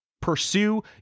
pursue